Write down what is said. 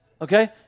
Okay